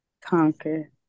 conquer